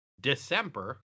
December